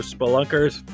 Spelunkers